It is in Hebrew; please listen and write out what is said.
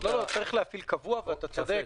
לא, צריך להפעיל קבוע, ואתה צודק.